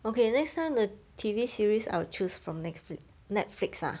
okay next time the T_V series I'll choose from Netflix Netflix lah